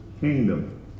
kingdom